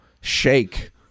shake